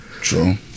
True